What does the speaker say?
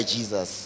Jesus